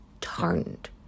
turned